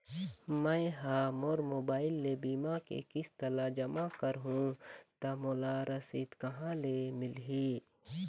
मैं हा मोर मोबाइल ले बीमा के किस्त ला जमा कर हु ता मोला रसीद कहां ले मिल ही?